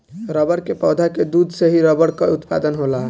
रबड़ के पौधा के दूध से ही रबड़ कअ उत्पादन होला